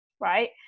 right